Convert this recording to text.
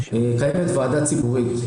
קיימת ועדה ציבורית,